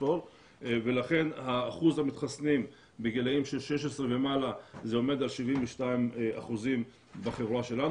ולכן אחוז המתחסנים בגילאים של 16 ומעלה עומד על 72% בחברה שלנו.